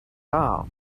all